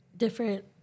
different